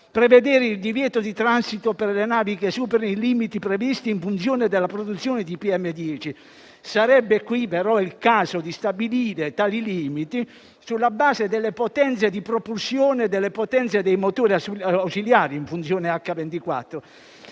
prevedere il divieto di transito per le navi che superino i limiti previsti in funzione della produzione di PM10. A questo proposito sarebbe però il caso di stabilire tali limiti sulla base delle potenze di propulsione e delle potenze dei motori ausiliari, in funzione h24,